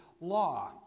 law